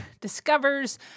discovers